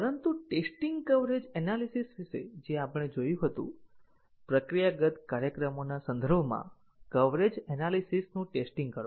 પરંતુ testing coverage analysis વિશે જે આપણે જોયું હતું પ્રક્રિયાગત કાર્યક્રમોના સંદર્ભમાં કવરેજ એનાલીસીસનું ટેસ્ટીંગ કરો